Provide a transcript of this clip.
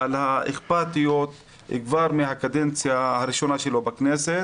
על האכפתיות כבר מהקדנציה הראשונה שלו בכנסת